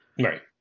Right